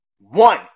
One